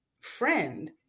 friend